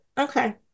Okay